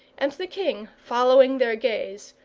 and the king, following their gaze,